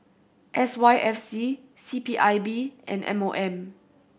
S Y F C C P I B and M O M